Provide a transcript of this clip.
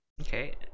Okay